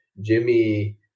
Jimmy